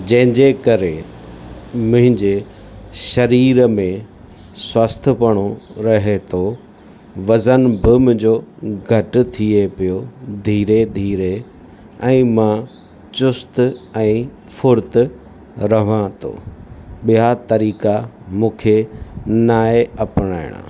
जंहिंजे करे मुंहिजे शरीर में स्वास्थ्यु पणो रहे धो वज़न बि मुंहिंजो घटि थिए पियो धीरे धीरे ऐं मां चुस्तु ऐं फुर्त रहां थो ॿिया तरीक़ा मूंखे न आहे अपनाइण